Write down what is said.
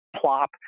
plop